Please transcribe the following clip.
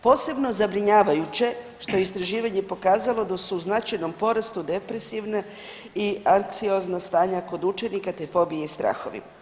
Posebno zabrinjavajuće što je istraživanje pokazalo da su u značajnom porastu depresivne i anksiozna stanja kod učenika, te fobije i strahove.